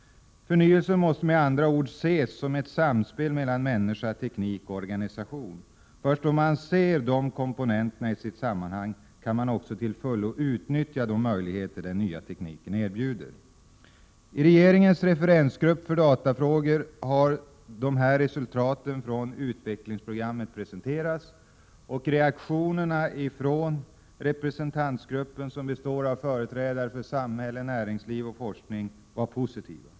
1987/88:122 med andra ord ses som ett samspel mellan människa, teknik och organisa tion. Först när man ser de komponenterna i sitt sammanhang, kan man till fullo utnyttja de möjligheter som den nya tekniken erbjuder. I regeringens referensgrupp för datafrågor — som består av företrädare för samhälle, näringsliv och forskning — har resultaten från utvecklingsprogrammet presenterats. Reaktionerna från gruppen var positiva.